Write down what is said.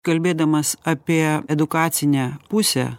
kalbėdamas apie edukacinę pusę